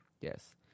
yes